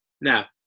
Now